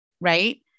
Right